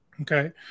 Okay